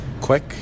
quick